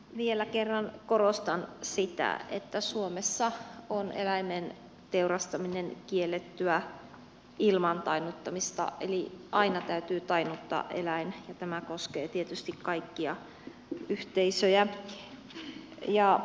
vielä kerran korostan sitä että suomessa on eläimen teurastaminen kiellettyä ilman tainnuttamista eli aina täytyy tainnuttaa eläin ja tämä koskee tietysti kaikkia yhteisöjä